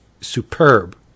superb